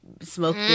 smoke